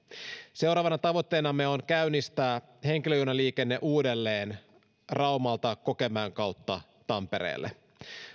seuraavana tavoitteenamme on käynnistää henkilöjunaliikenne uudelleen raumalta kokemäen kautta tampereelle